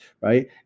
Right